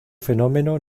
fenómeno